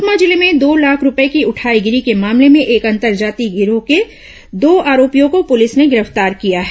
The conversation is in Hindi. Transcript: सुकमा जिले में दो लाख रूपए की उठाईगिरी के मामले में एक अंतर्राज्यीय गिरोह के दो आरोपियों को पुलिस ने गिरफ्तार किया है